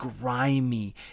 grimy